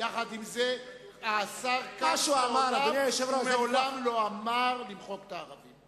עם זה השר כץ מעולם לא אמר למחוק את הערבים.